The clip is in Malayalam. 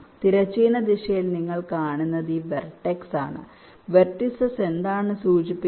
തിരശ്ചീന ദിശയിൽ നിങ്ങൾ കാണുന്നത് ഈ വെർടെക്സ് ആണ് വെർട്ടിസ്സ് എന്താണ് സൂചിപ്പിക്കുന്നത്